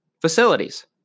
facilities